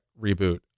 reboot